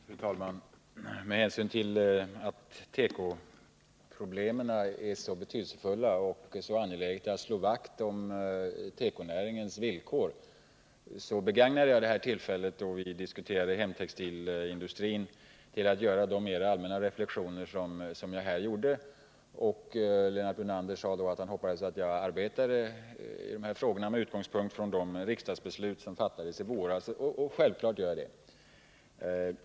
Fru talman! Med hänsyn till att tekoproblemen är så betydelsefulla och att det är angeläget att slå vakt om tekonäringens villkor begagnade jag det här tillfället, då vi diskuterar hemtextilindustrin, till att göra mera allmänna reflexioner. Lennart Brunander sade då att han hoppas att jag arbetar på de här frågorna med utgångspunkt i de riksdagsbeslut som fattades i våras. Självfallet gör jag det.